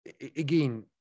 Again